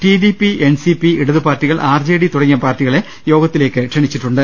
T D P N C P ഇടതുപാർട്ടികൾ R J D തുടങ്ങിയ പാർട്ടികളെ യോഗത്തിലേക്ക് ക്ഷണിച്ചിട്ടുണ്ട്